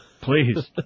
Please